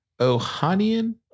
Ohanian